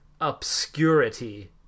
obscurity